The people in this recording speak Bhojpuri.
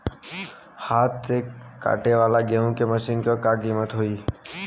हाथ से कांटेवाली गेहूँ के मशीन क का कीमत होई?